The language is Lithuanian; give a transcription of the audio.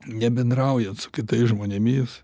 nebendraujant su kitais žmonėmis